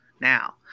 now